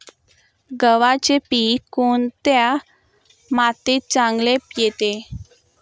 गव्हाचे पीक कोणत्या मातीत चांगले येते?